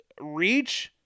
reach